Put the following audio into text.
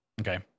Okay